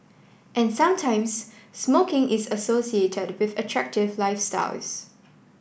and sometimes smoking is associated with attractive lifestyles